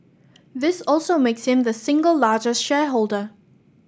this also makes him the single largest shareholder